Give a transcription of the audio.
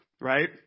right